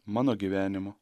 mano gyvenimo